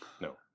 no